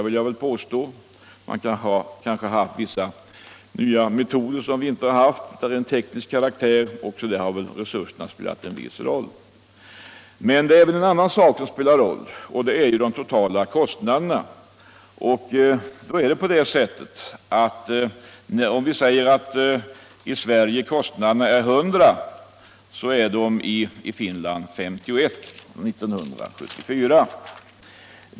De har måhända haft vissa nya metoder av teknisk karaktär som vi inte haft. Också där har väl resurserna spelat en viss roll. Men det är även en annan sak som är betydelsefull, och det är de totala kostnaderna. Om vi utgår från att kostnaderna i Sverige är 100 är de i Finland 51 år 1974.